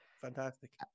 Fantastic